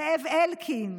זאב אלקין,